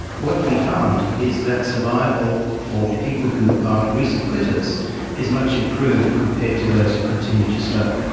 what we found is that survival for people who are recent quitters is much improved compared to those who continue to smoke,